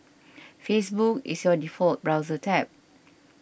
Facebook is your default browser tab